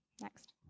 Next